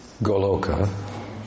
Goloka